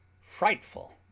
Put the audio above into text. frightful